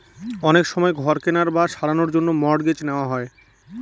অনেক সময় ঘর কেনার বা সারানোর জন্য মর্টগেজ নেওয়া হয়